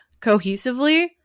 cohesively